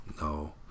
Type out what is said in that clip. No